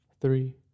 three